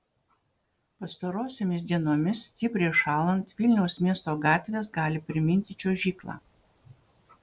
pastarosiomis dienomis stipriai šąlant vilniaus miesto gatvės gali priminti čiuožyklą